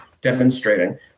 demonstrating